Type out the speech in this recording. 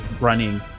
running